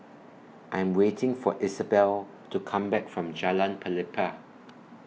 I Am waiting For Isabelle to Come Back from Jalan Pelepah